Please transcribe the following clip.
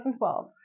2012